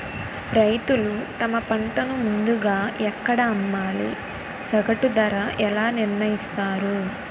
రైతులు తమ పంటను ముందుగా ఎక్కడ అమ్మాలి? సగటు ధర ఎలా నిర్ణయిస్తారు?